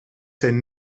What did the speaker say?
zijn